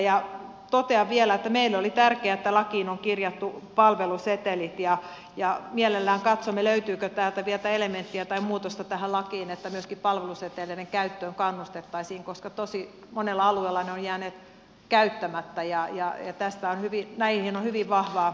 totean vielä että meille oli tärkeää että lakiin on kirjattu palvelusetelit ja mielellämme katsomme löytyykö täältä vielä jotain elementtiä tai muutosta tähän lakiin että myöskin palveluseteleiden käyttöön kannustettaisiin koska tosi monella alueella ne ovat jääneet käyttämättä ja näihin on hyvin vahvaa vastustusta